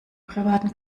privaten